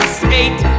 skate